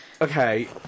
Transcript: okay